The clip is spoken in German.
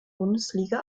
bundesliga